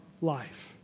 life